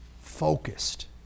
Focused